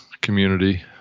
community